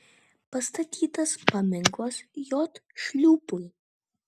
pastatytas paminklas j šliūpui